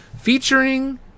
featuring